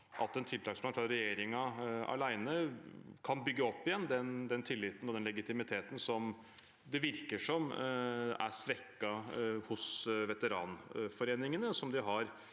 at en tiltaksplan fra regjeringen alene kan bygge opp igjen den tilliten og den legitimiteten det virker som er svekket hos veteranforeningene,